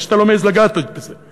רק שאתה לא מעז לגעת עוד בזה.